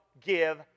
give